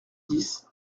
dix